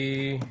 תודה.